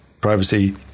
privacy